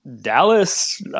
Dallas